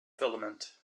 filament